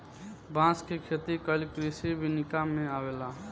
बांस के खेती कइल कृषि विनिका में अवेला